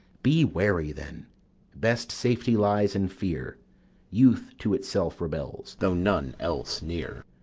be wary then best safety lies in fear youth to itself rebels, though none else near.